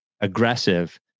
aggressive